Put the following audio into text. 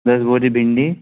दस बोरी भिंडी